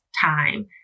time